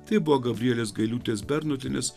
tai buvo gabrielės gailiūtės bernotienės